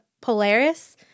Polaris